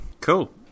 cool